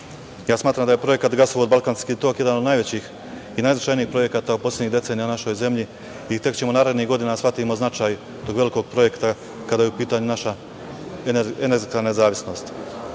Smatram da je projekat gasovod Balkanski tok jedan od najvećih i najznačajnijih projekata u poslednjim decenijama u našoj zemlji. Tek ćemo narednih godina da shvatimo značaj velikog projekta kada je u pitanju naša energetska nezavisnost. Znamo